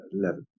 level